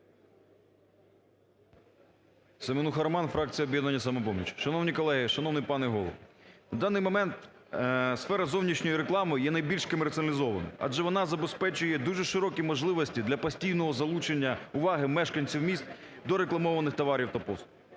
Семенуха Роман, фракція "Об'єднання "Самопоміч". Шановні колеги! шановний пане Голово! В даний момент сфера зовнішньої реклами є найбільш комерціалізованою, адже вона забезпечує дуже широкі можливості для постійного залучення уваги мешканців міст до рекламованих товарів та послуг.